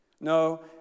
No